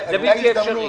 זה בלתי אפשרי.